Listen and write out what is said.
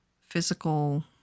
physical